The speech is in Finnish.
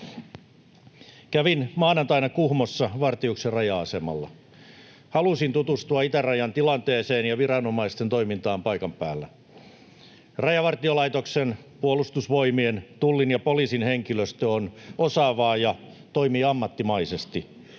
Kävin maanantaina Kuhmossa Vartiuksen raja-asemalla. Halusin tutustua itärajan tilanteeseen ja viranomaisten toimintaan paikan päällä. Rajavartiolaitoksen, Puolustusvoimien, Tullin ja poliisin henkilöstö on osaavaa ja toimii ammattimaisesti,